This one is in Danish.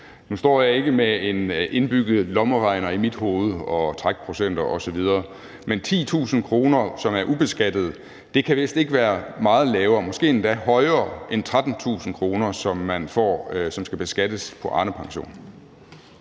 Nu står jeg ikke med en indbygget lommeregner i mit hoved – med trækprocenter osv. – men 10.000 kr., som er ubeskattede, kan vist ikke være meget lavere, måske endda højere end 13.000 kr., som man får på Arnepensionen,